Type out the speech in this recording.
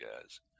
guys